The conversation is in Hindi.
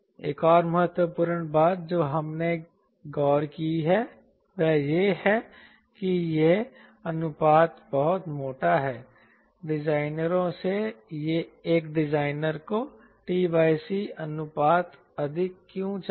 एक और महत्वपूर्ण बात जो हमने गौर की है वह यह है कि यह अनुपात बहुत मोटा है डिजाइनरों से एक डिजाइनर को t c अनुपात अधिक क्यों चाहिए